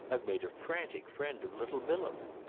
i've made a frantic friend of little bilham.